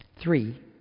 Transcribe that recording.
Three